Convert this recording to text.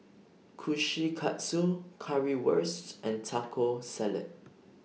Kushikatsu Currywurst and Taco Salad